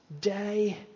day